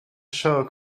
show